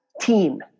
team